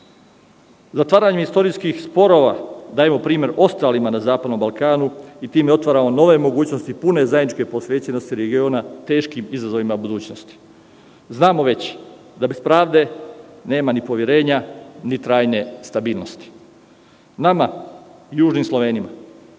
Zatvaranjem istorijskih sporova dajemo primer ostalima na zapadnom Balkanu i time otvaramo nove mogućnosti pune zajedničke posvećenosti regiona teškim izazovima budućnosti. Znamo da bez pravde nema ni poverenja, ni trajne stabilnosti. Nama, južnim Slovenima,